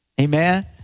Amen